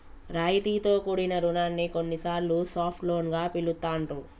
రాయితీతో కూడిన రుణాన్ని కొన్నిసార్లు సాఫ్ట్ లోన్ గా పిలుత్తాండ్రు